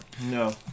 No